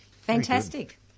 Fantastic